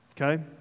Okay